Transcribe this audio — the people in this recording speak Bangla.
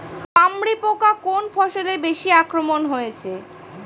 পামরি পোকা কোন ফসলে বেশি আক্রমণ হয়েছে?